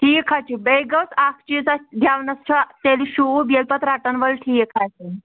ٹھیٖک حظ چھُ بیٚیہِ گوٚژھ اَکھ چیٖز اَسہِ گٮ۪ونَس چھا تیٚلہِ شوٗب ییٚلہِ پَتہٕ رَٹن وٲلۍ ٹھیٖک آسن